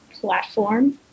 platform